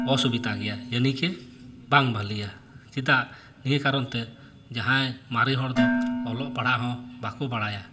ᱚᱥᱩᱵᱤᱫᱟ ᱜᱮᱭᱟ ᱭᱟᱱᱤ ᱠᱮ ᱵᱟᱝ ᱵᱷᱟᱞᱮᱭᱟ ᱪᱮᱫᱟᱜ ᱱᱤᱭᱟᱹ ᱠᱟᱨᱚᱱ ᱛᱮ ᱡᱟᱦᱟᱸᱭ ᱢᱟᱨᱮ ᱦᱚᱲ ᱫᱚ ᱚᱞᱚᱜ ᱯᱟᱲᱦᱟᱜ ᱦᱚᱸ ᱵᱟᱠᱚ ᱵᱟᱲᱟᱭᱟ